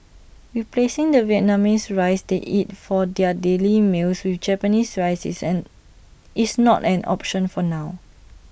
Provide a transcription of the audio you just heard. replacing the Vietnamese rice they eat for their daily meals with Japanese rice is an is not an option for now